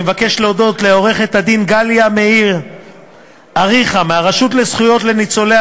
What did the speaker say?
אני מבקש להודות לעורכת-הדין גליה מאיר-אריכא מהרשות לזכויות ניצולי